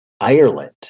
Ireland